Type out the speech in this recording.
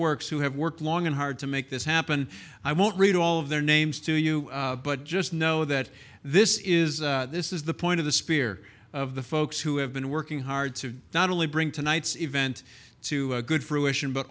works who have worked long and hard to make this happen i won't read all of their names to you but just know that this is this is the point of the spear of the folks who have been working hard to not only bring tonight's event to good fruition but